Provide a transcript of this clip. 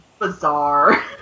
bizarre